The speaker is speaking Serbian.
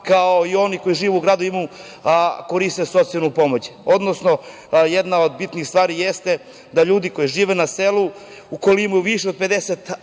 kao i one žene koje žive u gradu, da koriste socijalnu pomoć. Odnosno, jedna od bitnih stvari je da ljudi koji žive na selu, ukoliko imaju više od 50